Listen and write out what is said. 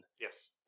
Yes